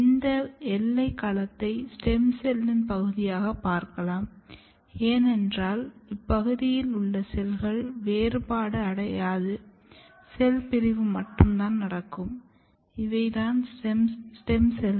இந்த எல்லை களத்தை ஸ்டெம் செல்லின் பகுதியாக பார்க்கலாம் ஏனென்றால் இப்பகுதியில் உள்ள செல்கள் வேறுபாடு அடையாது செல் பிரிவு மட்டுமே நடக்கும் இவைதான் ஸ்டெம் செல்கள்